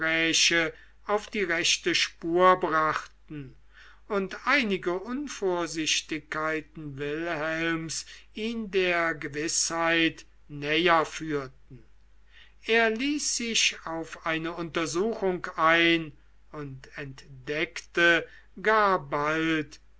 auf die rechte spur brachten und einige unvorsichtigkeiten wilhelms ihn der gewißheit näher führten er ließ sich auf eine untersuchung ein und entdeckte gar bald